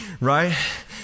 right